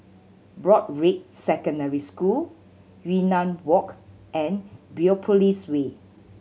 Broadrick Secondary School Yunnan Walk and Biopolis Way